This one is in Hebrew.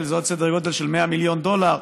זה עוד סדר גודל של 100 מיליון דולר,